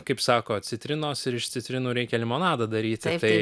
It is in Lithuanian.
kaip sako citrinos ir iš citrinų reikia limonadą daryti tai